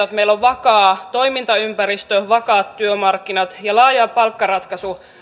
että meillä on vakaa toimintaympäristö vakaat työmarkkinat ja laaja palkkaratkaisu